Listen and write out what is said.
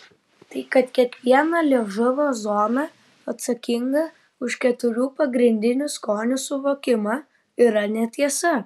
tai kad kiekviena liežuvio zona atsakinga už keturių pagrindinių skonių suvokimą yra netiesa